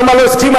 למה לא הסכימה,